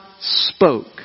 spoke